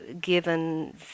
given